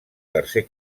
tercer